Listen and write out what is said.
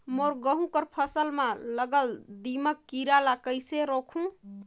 मोर गहूं कर फसल म लगल दीमक कीरा ला कइसन रोकहू?